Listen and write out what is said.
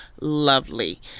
lovely